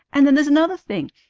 and then there's another thing.